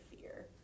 fear